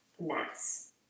mass